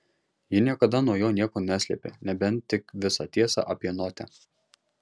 ji niekada nuo jo nieko neslėpė nebent tik visą tiesą apie notę